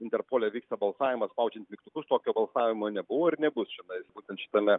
interpole vyksta balsavimas spaudžiant mygtukus tokio balsavimo nebuvo ir nebus čionais būtent šitame